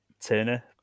Turner